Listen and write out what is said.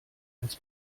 als